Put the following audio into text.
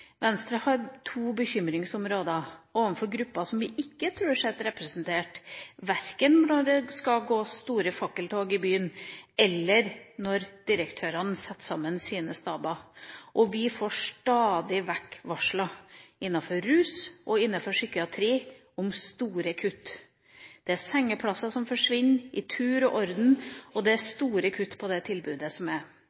Venstre har to bekymringer som råder overfor grupper jeg tror vi ikke har sett representert, verken når det skal gås store fakkeltog i byen, eller når direktørene setter sammen sine staber. Og vi får stadig vekk varsler om store kutt innenfor rus og innenfor psykiatri. Det er sengeplasser som forsvinner i tur og orden, og det er